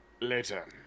Later